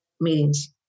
meetings